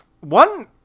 One